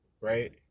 right